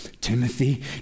Timothy